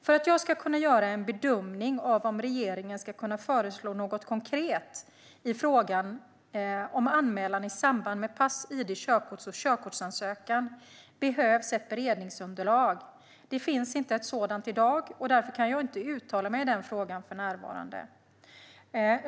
För att jag ska kunna göra en bedömning av om regeringen ska kunna föreslå något konkret i frågan om anmälan i samband med pass, idkorts och körkortsansökan behövs ett beredningsunderlag. Det finns inte ett sådant i dag, och därför kan jag inte uttala mig i den frågan för närvarande.